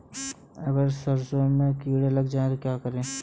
अगर सरसों में कीड़ा लग जाए तो क्या करें?